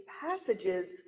passages